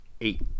eight